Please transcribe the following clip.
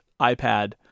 iPad